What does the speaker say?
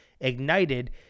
ignited